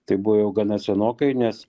tai buvo jau gana senokai nes